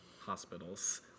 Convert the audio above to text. hospitals